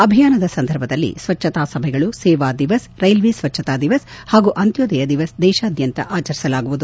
ಅಭಿಯಾನದ ಸಂದರ್ಭದಲ್ಲಿ ಸ್ವಚ್ಛತಾ ಸಭೆಗಳು ಸೇವಾ ದಿವಸ್ ರೈಲ್ವೆ ಸ್ವಚ್ಛತಾ ದಿವಸ್ ಹಾಗೂ ಅಂತ್ಯೋದಯ ದಿವಸ್ ದೇಶಾದ್ಯಂತ ಆಚರಿಸಲಾಗುವುದು